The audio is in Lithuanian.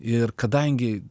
ir kadangi